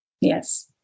Yes